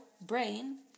brain